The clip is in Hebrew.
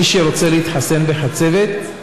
מי שרוצה להתחסן בחצבת,